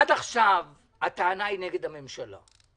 עד עכשיו הטענה היא נגד הממשלה.